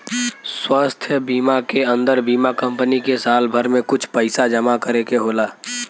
स्वास्थ बीमा के अन्दर बीमा कम्पनी के साल भर में कुछ पइसा जमा करे के होला